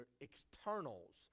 externals